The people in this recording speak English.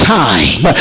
time